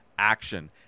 action